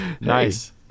Nice